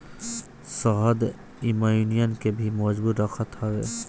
शहद इम्यून के भी मजबूत रखत हवे